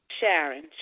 Sharon